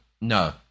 No